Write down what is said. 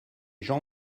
gens